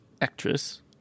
Actress